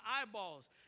eyeballs